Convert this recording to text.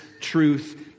truth